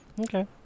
Okay